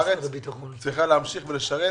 - צריכה להמשיך לשרת